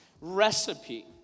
recipe